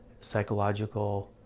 psychological